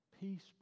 peace